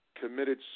committed